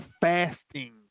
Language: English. fasting